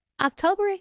October